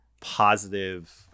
positive